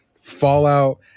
Fallout